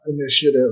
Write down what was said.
initiative